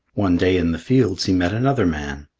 one day in the fields he met another man.